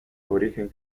origen